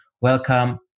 welcome